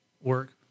work